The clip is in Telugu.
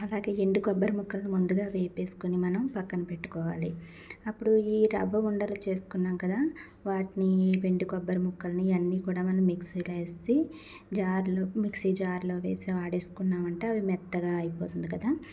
అలాగే ఎండు కొబ్బరి ముక్కలు ముందుగా వేపేసుకొని మనం పక్కన పెట్టుకోవాలి అప్పుడు ఈ రవ్వ ఉండలు చేసుకున్నాం కదా వాటిని ఎండు కొబ్బరి ముక్కల్ని అన్నీ కూడా మనం మిక్సీలో వేసేసి జార్లో మిక్సీ జార్లో వేసి ఆడేసుకున్నామంటే అవి మెత్తగా అయిపోతుంది కదా